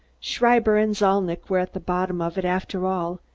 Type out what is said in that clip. schreiber and zalnitch were at the bottom of it, after all,